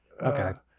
Okay